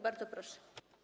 Bardzo proszę.